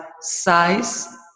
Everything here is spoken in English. size